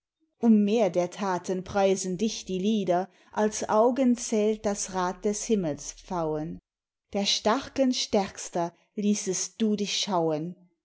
um mehr der thaten preisen dich die lieder als augen zählt das rad des himmelspfauen der starken stärkster ließest du dich schauen